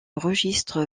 registre